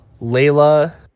Layla